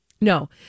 No